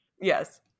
Yes